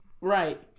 Right